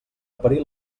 parir